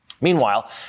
Meanwhile